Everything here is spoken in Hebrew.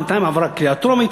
בינתיים עברה הקריאה הטרומית.